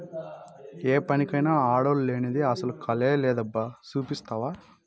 ఏ పనికైనా ఆడోల్లు లేనిదే అసల కళే లేదబ్బా సూస్తివా